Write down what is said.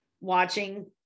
watching